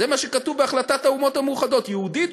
זה מה שכתוב בהחלטת האומות המאוחדות: יהודית